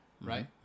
Right